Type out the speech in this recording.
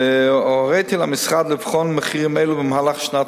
והוריתי למשרד לבחון מחירים אלו במהלך שנת